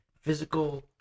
physical